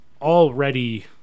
already